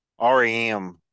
rem